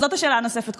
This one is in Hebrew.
זאת השאלה הנוספת.